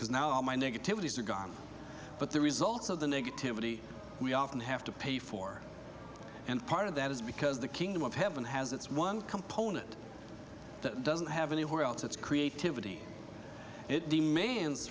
because now all my negativity is are gone but the results of the negativity we often have to pay for and part of that is because the kingdom of heaven has its one component that doesn't have anywhere else its creativity it demands